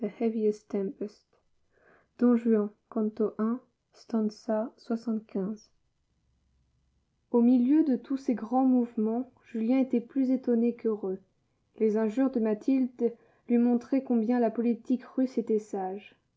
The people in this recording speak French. don juan c i st au milieu de tous ces grands mouvements julien était plus étonné qu'heureux les injures de mathilde lui montraient combien la politique russe était sage